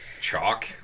Chalk